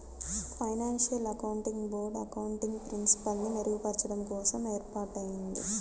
financial accounting board accounting ప్రిన్సిపల్స్ని మెరుగుచెయ్యడం కోసం ఏర్పాటయ్యింది